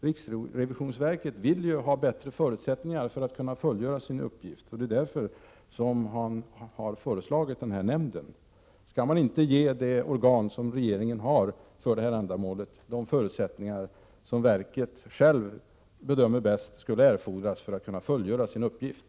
Riksrevisionsverket vill ju ha bättre förutsättningar för att kunna fullgöra sin uppgift — det är därför som man har föreslagit denna nämnd. Skall man inte ge det organ som regeringen har för detta ändamål de förutsättningar som verket bedömer erfordras för att man skall kunna fullgöra sin uppgift?